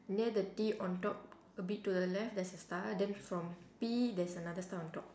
near the T on top a bit to the left there's a star then from P there's another star on top